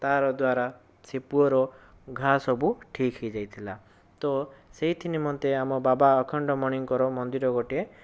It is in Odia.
ତା ର ଦ୍ୱାରା ସେ ପୁଅର ଘା ସବୁ ଠିକ୍ ହୋଇଯାଇଥିଲା ତ ସେଇଥି ନିମନ୍ତେ ଆମ ବାବା ଅଖଣ୍ଡମଣିଙ୍କର ମନ୍ଦିର ଗୋଟିଏ